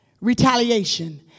retaliation